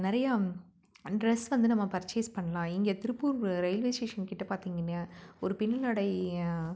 நிறைய ட்ரஸ் வந்து நம்ம பர்ச்சேஸ் பண்ணலாம் இங்கே திருப்பூர் ரயில்வே ஸ்டேஷன் கிட்ட பார்த்தீங்கன்னா ஒரு பின்னலாடை